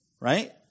right